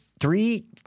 three